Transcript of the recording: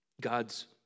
God's